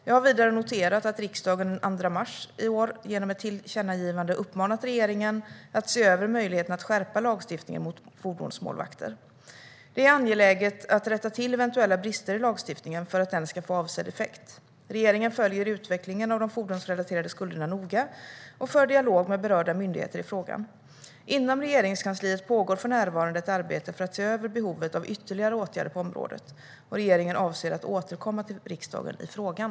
Jag har vidare noterat att riksdagen den 2 mars i år genom ett tillkännagivande uppmanade regeringen att se över möjligheten att skärpa lagstiftningen mot fordonsmålvakter. Det är angeläget att rätta till eventuella brister i lagstiftningen för att den ska få avsedd effekt. Regeringen följer utvecklingen av de fordonsrelaterade skulderna noga och för dialog med berörda myndigheter i frågan. Inom Regeringskansliet pågår för närvarande ett arbete för att se över behovet av ytterligare åtgärder på området. Regeringen avser att återkomma till riksdagen i frågan.